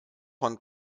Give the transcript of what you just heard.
von